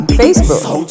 facebook